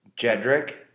Jedrick